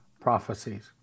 Prophecies